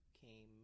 came